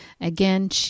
again